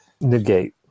negate